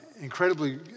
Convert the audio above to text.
incredibly